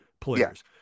players